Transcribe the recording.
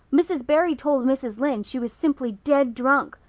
mrs. barry told mrs. lynde she was simply dead drunk.